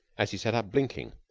as he sat up blinking.